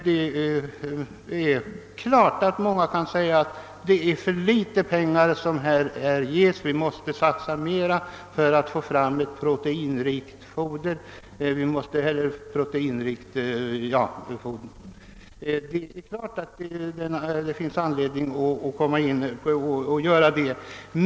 Det är klart att många kan säga att det är för litet pengar som ges och att vi måste satsa mera för att få fram ett proteinrikt foder.